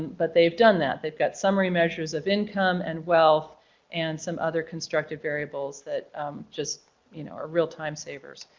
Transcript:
but they've done that. they've got summary measures of income and wealth and some other constructive variables that just you know are real time savers.